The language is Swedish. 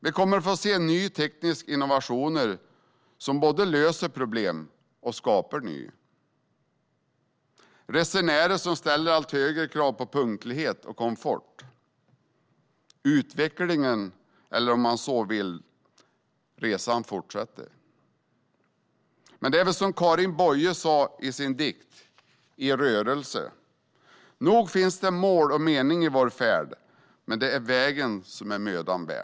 Vi kommer att få se nya tekniska innovationer, som både löser problem och skapar nya, och resenärer som ställer allt högre krav på punktlighet och komfort. Utvecklingen - eller resan, om man så vill - fortsätter. Det är väl som Karin Boye sa i sin dikt I rörelse : "Nog finns det mål och mening i vår färd - men det är vägen, som är mödan värd."